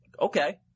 Okay